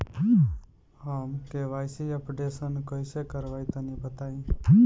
हम KYC updation कइसे करवाई तनि बताई?